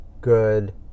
good